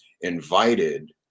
invited